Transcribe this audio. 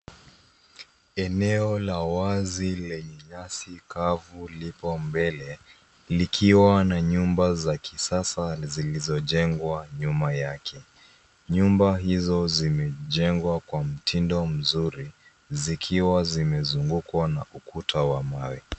Eneo la wazi lenye nyasi kavu lipo mbele likiwa na nyumba za kisasa zilizojengwa nyuma yake. Nyumba hizo zimejengwa kwa mtindo mzuri zikiwa zimezungukwa na ukuta wa mawe.